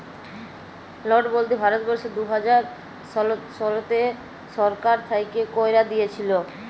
লটবল্দি ভারতবর্ষে দু হাজার শলতে সরকার থ্যাইকে ক্যাইরে দিঁইয়েছিল